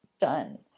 done